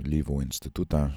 lyvų institutą